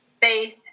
faith